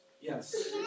Yes